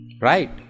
right